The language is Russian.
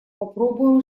попробуем